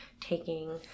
taking